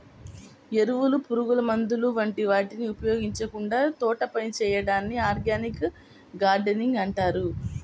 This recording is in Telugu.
ఎరువులు, పురుగుమందుల వంటి వాటిని ఉపయోగించకుండా తోటపని చేయడాన్ని ఆర్గానిక్ గార్డెనింగ్ అంటారు